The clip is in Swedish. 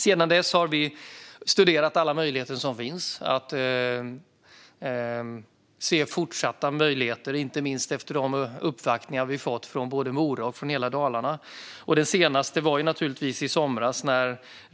Sedan dess har vi studerat alla möjligheter som finns att se fortsatta möjligheter, inte minst efter de uppvaktningar vi tagit emot från Mora och hela Dalarna. Den senaste var naturligtvis i somras.